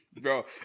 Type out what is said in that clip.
bro